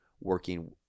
Working